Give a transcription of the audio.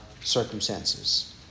circumstances